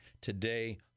today